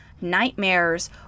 nightmares